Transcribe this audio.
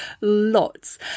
lots